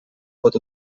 pot